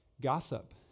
gossip